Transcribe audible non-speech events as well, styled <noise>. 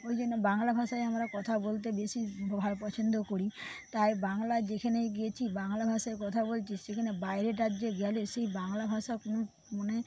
ওই জন্য বাংলা ভাষায় আমরা কথা বলতে বেশি <unintelligible> পছন্দ করি তাই বাংলার যেখানে গেছি বাংলা ভাষায় কথা বলছি সেখানে বাইরের রাজ্যে গেলে সেই বাংলা ভাষা <unintelligible> মানে